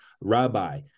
Rabbi